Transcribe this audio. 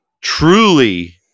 truly